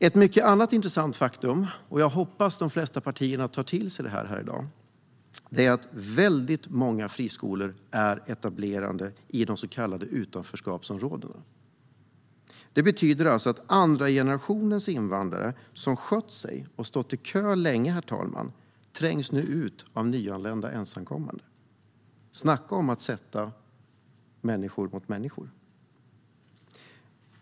Ett annat intressant faktum - jag hoppas att de flesta partier tar till sig det här i dag - är att många friskolor är etablerade i de så kallade utanförskapsområdena. Det betyder att andra generationens invandrare, som har skött sig och stått i kö länge, herr talman, nu trängs ut av nyanlända ensamkommande. Snacka om att sätta människor mot människor!